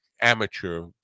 amateur